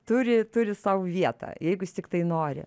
turi turi sau vietą jeigu jis tiktai nori